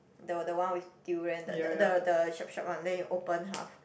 the the one with durian the the the the sharp sharp one then you open half